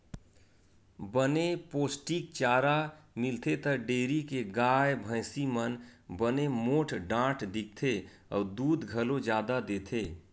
बने पोस्टिक चारा मिलथे त डेयरी के गाय, भइसी मन बने मोठ डांठ दिखथे अउ दूद घलो जादा देथे